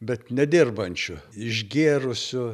bet nedirbančių išgėrusių